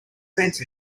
fence